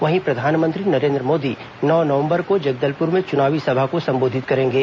वहीं प्रधानमंत्री नरेंद्र मोदी नौ नवंबर को जगदलपुर में चुनावी सभा को संबोधित करेंगे